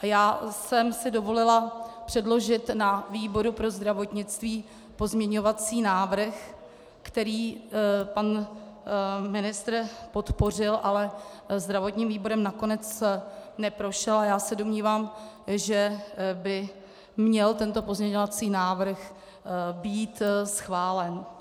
Já jsem si dovolila předložit na výboru pro zdravotnictví pozměňovací návrh, který pan ministr podpořil, ale zdravotním výborem nakonec neprošel, a já se domnívám, že by měl tento pozměňovací návrh být schválen.